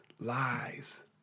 lies